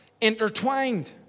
intertwined